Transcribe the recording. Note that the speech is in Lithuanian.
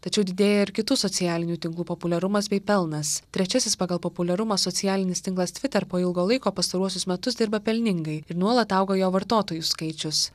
tačiau didėja ir kitų socialinių tinklų populiarumas bei pelnas trečiasis pagal populiarumą socialinis tinklas twitter po ilgo laiko pastaruosius metus dirba pelningai ir nuolat auga jo vartotojų skaičius